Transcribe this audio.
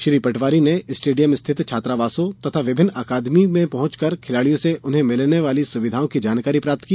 श्री पटवारी ने स्टेडियम स्थित छात्रावासों तथा विभिन्न अकादमी में पहुँचकर खिलाड़ियों से उन्हें मिलने वाली सुविधाओं की जानकारी प्राप्त की